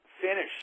finish